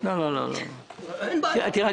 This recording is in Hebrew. אין בעיה.